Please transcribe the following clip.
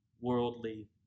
worldly